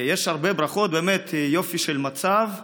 יש הרבה ברכות, באמת יופי של מצב,